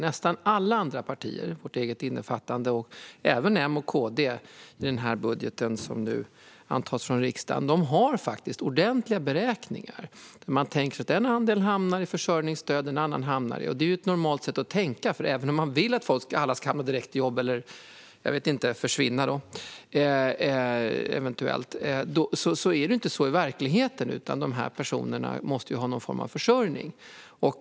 Nästan alla andra partier - innefattande vårt eget och även M och KD i den budget som nu antas av riksdagen - har ordentliga beräkningar. Man tänker sig att en andel hamnar i försörjningsstöd och en annan i något annat. Det är ett normalt sätt att tänka, för även om man vill att alla ska få jobb direkt eller eventuellt försvinna är det ju inte så i verkligheten. De här personerna måste ha någon form av försörjning.